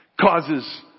causes